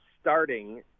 starting